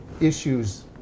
issues